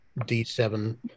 D7